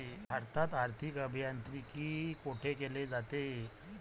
भारतात आर्थिक अभियांत्रिकी कोठे केले जाते?